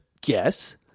guess